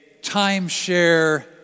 timeshare